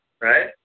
right